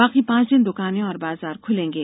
बाकी पांच दिन दुकाने और बाजार खुलेंगे